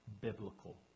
biblical